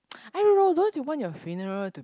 I don't know don't you want your funeral to be